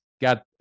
got